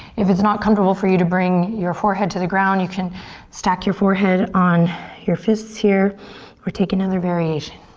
if it's not comfortable for you to bring your forward to the ground, you can stack your forehead on your fists here or take another variation.